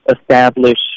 establish